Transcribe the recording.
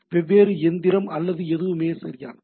வெவ்வேறு இயந்திரம் மற்றும் எதுவுமே சரியானது